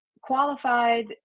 qualified